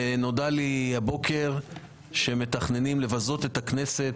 ונודע לי הבוקר שמתכננים לבזות את הכנסת